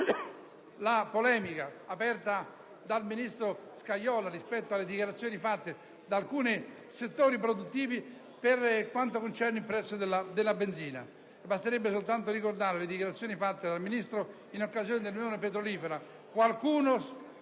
la polemica aperta dal ministro Scajola rispetto alle dichiarazioni rilasciate da alcuni settori produttivi per quanto concerne il prezzo della benzina. Basterebbe ricordare le dichiarazioni del Ministro in occasione della riunione dell'Unione petrolifera: qualcuno